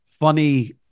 funny